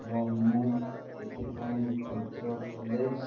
ଏବଂ ମୁଁ ଏଥିପାଇଁ ଭଦ୍ରକ କଲେଜ